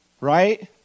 Right